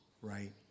right